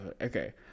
okay